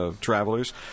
travelers